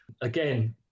Again